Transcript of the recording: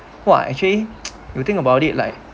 !wah! actually you think about it like